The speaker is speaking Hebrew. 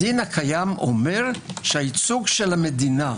הדין הקיים אומר שהייצוג של המדינה,